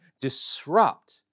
disrupt